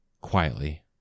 Quietly